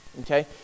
okay